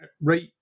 right